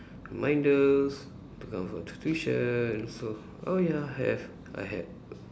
reminders to come for tuition so oh ya have I had